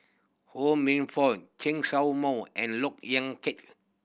Ho Minfong Chen Show Mao and Look Yan Kit